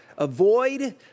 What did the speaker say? Avoid